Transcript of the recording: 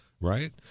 right